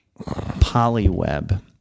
Polyweb